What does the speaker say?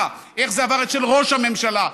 איך זה עבר אצל היועץ המשפטי לממשלה,